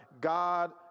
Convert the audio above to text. God